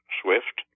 swift